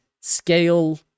scale